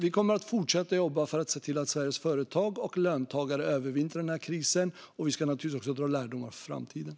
Vi kommer att fortsätta jobba för att se till att Sveriges företag och löntagare kan övervintra under krisen. Vi ska naturligtvis också dra lärdomar inför framtiden.